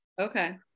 Okay